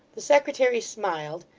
the secretary smiled,